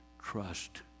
trust